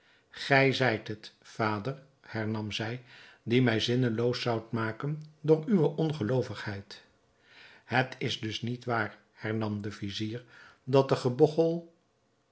gij zijt het vader hernam zij die mij zinneloos zoudt maken door uwe ongeloovigheid het is dus niet waar hernam de vizier dat de